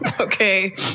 Okay